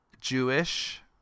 Jewish